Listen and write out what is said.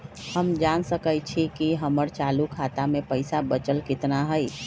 हम जान सकई छी कि हमर चालू खाता में पइसा बचल कितना हई